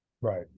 Right